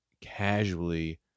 casually